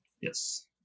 Yes